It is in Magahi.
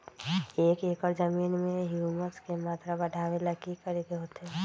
एक एकड़ जमीन में ह्यूमस के मात्रा बढ़ावे ला की करे के होतई?